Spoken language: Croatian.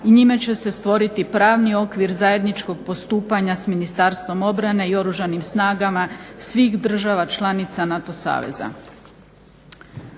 i njime će se stvoriti pravni okvir zajedničkog postupanja s Ministarstvom obrane i Oružanim snagama svih država članica NATO saveza.